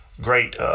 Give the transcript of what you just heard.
great